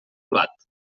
blat